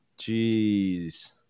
Jeez